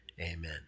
amen